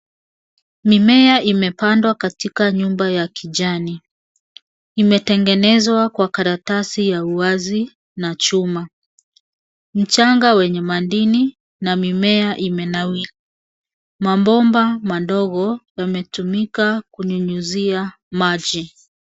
Mimea imepandwa katika nyumba ya kijani. Imetengenezwa kwa karatasi ya uwazi na chuma. Mchanga wenye madini na mimea imenawiri. Mabomba madogo yametumika kunyunyizia maji.